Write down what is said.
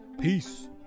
peace